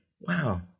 wow